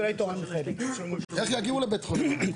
איך יגיעו לבית חולים?